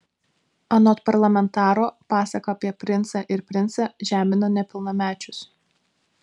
anot parlamentaro pasaka apie princą ir princą žemina nepilnamečius